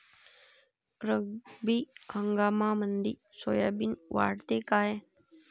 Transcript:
रब्बी हंगामामंदी सोयाबीन वाढते काय?